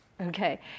okay